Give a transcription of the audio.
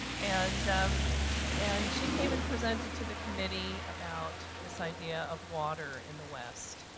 and um and she came and presented to the committee about this idea of water in the west,